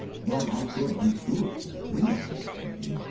but i could unscrew it for you, i dare say